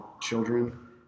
children